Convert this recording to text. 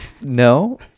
no